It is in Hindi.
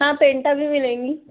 हाँ फैन्टा भी मिलेगी